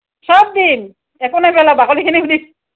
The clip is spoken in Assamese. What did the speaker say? সব দিম একো নেপেলাওঁ বাকলিখিনিও দিম